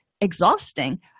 exhausting